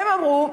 הם אמרו,